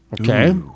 Okay